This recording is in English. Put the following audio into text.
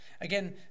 Again